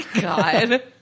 God